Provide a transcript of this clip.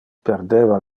perdeva